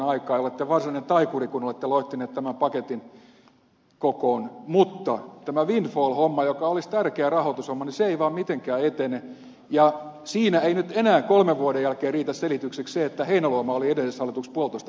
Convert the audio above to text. olette varsinainen taikuri kun olette loihtinut tämän paketin kokoon mutta tämä windfall homma joka olisi tärkeä rahoitushomma ei vaan mitenkään etene ja siinä ei nyt enää kolmen vuoden jälkeen riitä selitykseksi se että heinäluoma oli edellisessä hallituksessa puolitoista vuotta ministerinä